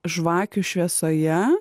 žvakių šviesoje